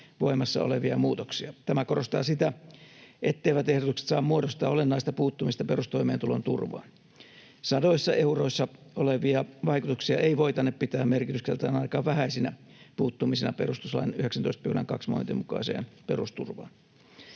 voimassa olevia muutoksia. Tämä korostaa sitä, etteivät ehdotukset saa muodostaa olennaista puuttumista perustoimeentulon turvaan. Sadoissa euroissa olevia vaikutuksia ei voitane pitää merkitykseltään ainakaan vähäisenä puuttumisena perustuslain 19 §:n 2 momentin mukaiseen perusturvaan.